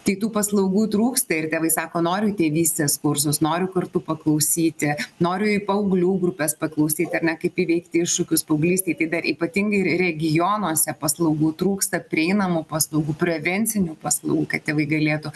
tai tų paslaugų trūksta ir tėvai sako noriu į tėvystės kursus noriu kartu paklausyti noriu į paauglių grupes paklausyt ar ne kaip įveikti iššūkius paauglystėj tai dar ypatingai re regionuose paslaugų trūksta prieinamų paslaugų prevencinių paslaugų kad tėvai galėtų